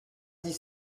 dix